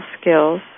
skills